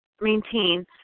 maintain